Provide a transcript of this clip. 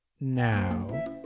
now